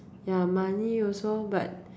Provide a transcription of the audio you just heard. ya money also but